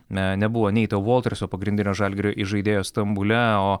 ne ne buvo neito volterso pagrindinio žalgirio įžaidėjo stambule o